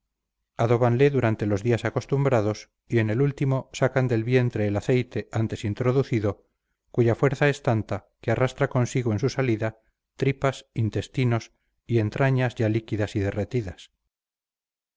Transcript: durante los días acostumbrados y en el último sacan del vientre el aceite antes introducido cuya fuerza es tanta que arrastra consigo en su salida tripas intestinos y entrañas ya líquidas y derretidas